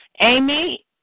Amy